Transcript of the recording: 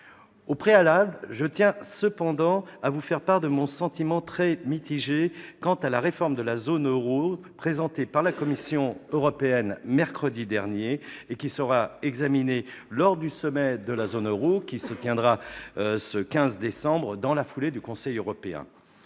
Au préalable, je tiens cependant à vous faire part de mon sentiment très mitigé s'agissant de la réforme de la zone euro présentée par la Commission européenne mercredi dernier, laquelle sera examinée lors du sommet de la zone euro, qui se tiendra le 15 décembre, dans la foulée du Conseil européen.